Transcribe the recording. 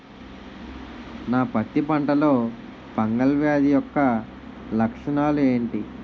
నా పత్తి పంటలో ఫంగల్ వ్యాధి యెక్క లక్షణాలు ఏంటి?